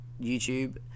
YouTube